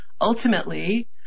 ultimately